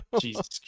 Jesus